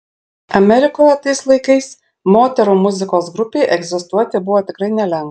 amerikoje tais laikais moterų muzikos grupei egzistuoti buvo tikrai nelengva